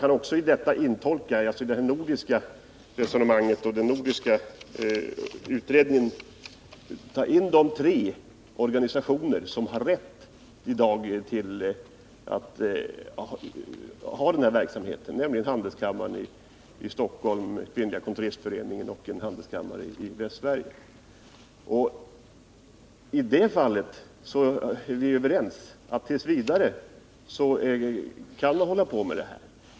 Men även i det nordiska sammanhanget och i den citerade utredningen kan man ta in de tre, organisationer som i dag har rätt till denna verksamhet, nämligen Stockholms handelskammare, Kvinnliga kontoristföreningen och Västsvenska handelskammaren. Vi är ju överens om att dessa t. v. skall få hålla på med detta.